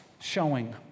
showing